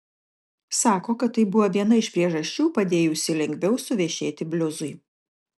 sako kad tai buvo viena iš priežasčių padėjusių lengviau suvešėti bliuzui